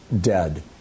dead